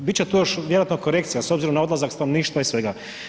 Bit će tu još vjerojatno korekcija s obzirom na odlazak stanovništva i svega.